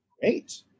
Great